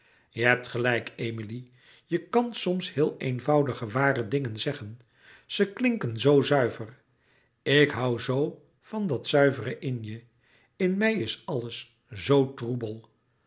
je hebt gelijk emilie je kan soms heel eenvoudige ware dingen zeggen ze klinken zoo zuiver ik hoû zoo van dat zuivere in je in mij is alles zoo troebel